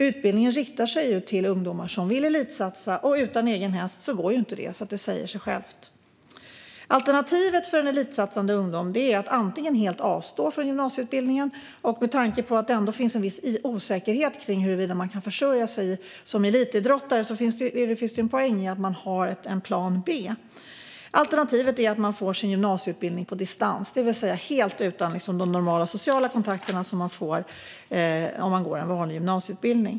Utbildningen riktar sig ju till ungdomar som vill elitsatsa, och utan egen häst går ju inte det. Det säger sig självt. Alternativet för en elitsatsande ungdom är att helt avstå från gymnasieutbildningen. Med tanke på att det finns en viss osäkerhet kring huruvida man kan försörja sig som elitidrottare finns det en poäng i att man har en plan B. Alternativet är också att man får sin gymnasieutbildning på distans, det vill säga helt utan de normala sociala kontakter som man får om man går en vanlig gymnasieutbildning.